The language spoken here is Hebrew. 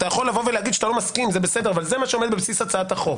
אתה יכול להגיד שאתה לא מסכים אבל זה מה שעומד בבסיס הצעת החוק.